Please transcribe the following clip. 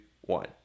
one